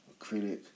acrylic